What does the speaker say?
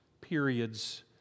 periods